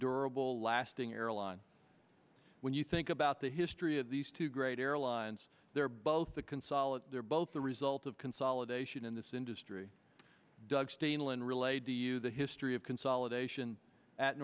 durable lasting airline when you think about the history of these two great airlines they're both the consolidate they're both the result of consolidation in this industry doug steenland relayed to you the history of